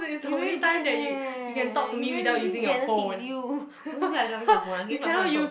you very bad leh you very this benefits you who says I cannot use my phone I can use my phone and took